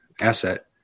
asset